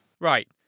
Right